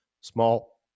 small